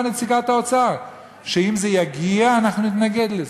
נציגת האוצר שאם זה יגיע הם יתנגדו לזה.